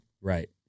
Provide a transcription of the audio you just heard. Right